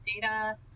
data